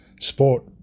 sport